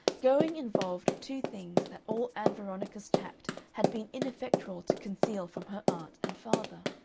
going involved two things that all ann veronica's tact had been ineffectual to conceal from her aunt and father.